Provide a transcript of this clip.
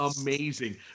amazing